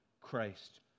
Christ